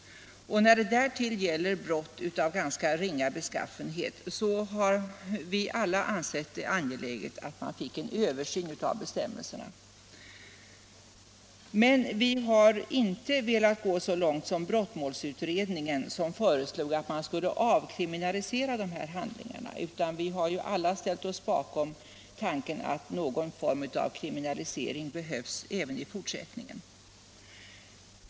När det därtill gäller brott av ganska ringa beskaffenhet har vi alla ansett det angeläget att man får en översyn av bestämmelserna. Vi har inte velat gå så långt som brottmålsutredningen, som föreslog att de här handlingarna skulle avkriminaliseras, utan vi har alla ställt oss bakom tanken att någon form av kriminalisering behövs även i fortsättningen.